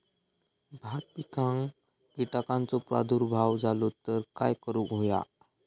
भात पिकांक कीटकांचो प्रादुर्भाव झालो तर काय करूक होया?